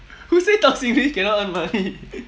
who say talk singlish cannot earn money